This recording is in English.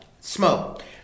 smoke